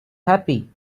happy